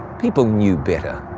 people knew better.